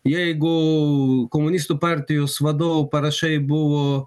jeigu komunistų partijos vadovų parašai buvo